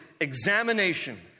examination